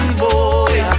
boy